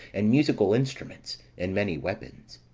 and musical instruments and many weapons.